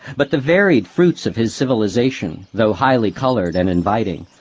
but the varied fruits of his civilization, though highly coloured and inviting,